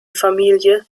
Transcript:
familie